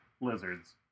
lizards